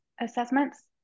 assessments